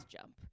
Jump